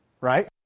Right